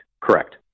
correct